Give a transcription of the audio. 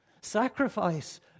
sacrifice